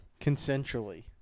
Consensually